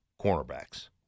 cornerbacks